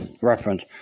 reference